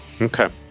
Okay